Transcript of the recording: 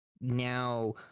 now